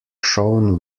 shown